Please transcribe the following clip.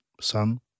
son